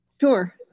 Sure